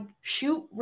shoot